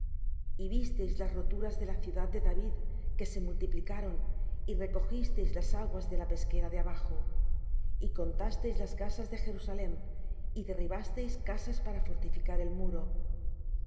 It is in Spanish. y visteis las roturas de la ciudad de david que se multiplicaron y recogisteis las aguas de la pesquera de abajo y contasteis las casas de jerusalem y derribasteis casas para fortificar el muro